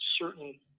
certain